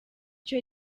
icyo